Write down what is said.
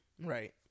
right